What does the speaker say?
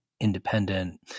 independent